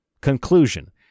Conclusion